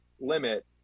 limit